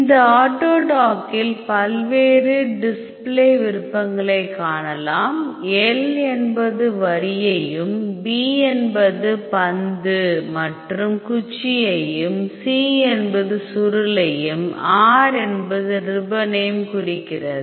இந்த ஆட்டோடாக்கில் பல்வேறு டிஸ்ப்ளே விருப்பங்களைக் காணலாம் L என்பது வரியையும் B என்பது பந்து மற்றும் குச்சியையும் C என்பது சுருளையும் R என்பது ரிப்பனையும் குறிக்கிறது